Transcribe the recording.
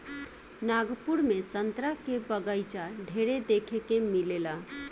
नागपुर में संतरा के बगाइचा ढेरे देखे के मिलेला